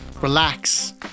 relax